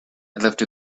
left